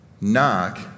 knock